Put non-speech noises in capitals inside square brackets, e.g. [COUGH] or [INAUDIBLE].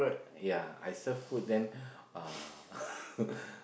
ya I serve food then uh [LAUGHS]